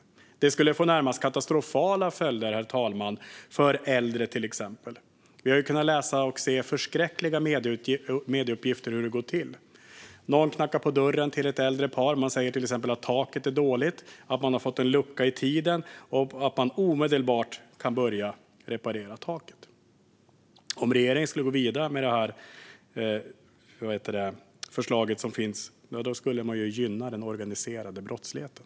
Det här skulle få närmast katastrofala följder, herr talman, för exempelvis äldre. Vi har kunnat läsa förskräckliga medieuppgifter om hur det går till. Någon knackar på dörren hos ett äldre par och säger att till exempel taket är dåligt, att man har fått en lucka i schemat och omedelbart kan börja reparera taket. Om regeringen går vidare med detta förslag skulle man gynna den organiserade brottsligheten.